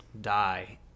die